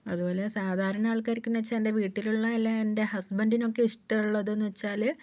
അതുപോലെ സാധാരണ ആൾക്കാർക്കെന്നുവച്ചാൽ എൻ്റെ വീട്ടിലുള്ള എല്ലാം എൻ്റെ ഹസ്ബൻ്റിനൊക്കെ ഇഷ്ടമുള്ളത് എന്നുവച്ചാൽ